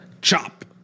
chop